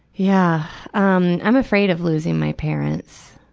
yeah um i'm afraid of losing my parents.